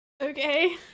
Okay